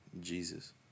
Jesus